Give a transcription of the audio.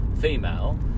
female